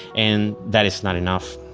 and that is not enough.